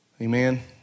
Amen